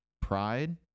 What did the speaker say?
pride